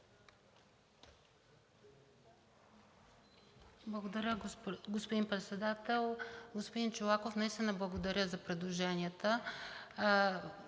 Благодаря, господин Председател. Господин Чолаков, наистина благодаря за предложенията.